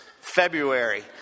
February